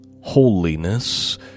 holiness